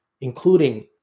including